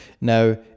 Now